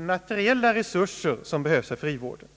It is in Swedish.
materiella resurser som behövs för frivården.